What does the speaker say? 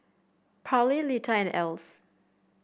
Parley Lita and Else